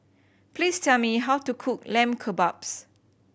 please tell me how to cook Lamb Kebabs